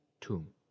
tomb